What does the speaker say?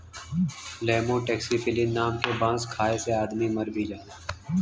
lemur taxiphyllin नाम क बांस खाये से आदमी मर भी जाला